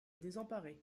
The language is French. désemparée